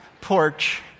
porch